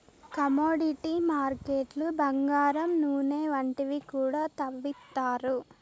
commodity మార్కెట్లు బంగారం నూనె వంటివి కూడా తవ్విత్తారు